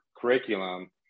curriculum